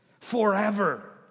Forever